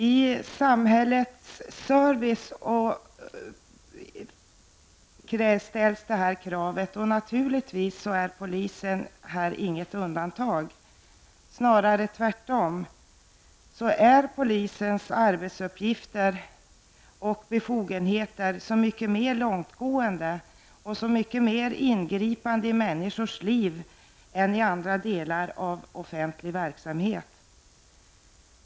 Dessa krav ställs för samhällets service, och naturligtvis är polisen inget undantag. Tvärtom är polisens arbetsuppgifter och befogenheter så mycket mer långtgående och så mycket mer ingripande i människors liv än i andra delar av offentlig verksamhet.